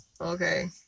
Okay